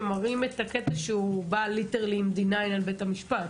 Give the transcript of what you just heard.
שמראים את הקטע שהוא בא עם D9 על בית המשפט,